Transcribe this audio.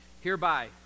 Hereby